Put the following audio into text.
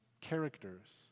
characters